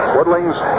Woodling's